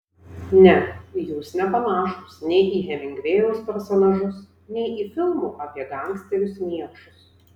ne jūs nepanašūs nei į hemingvėjaus personažus nei į filmų apie gangsterius niekšus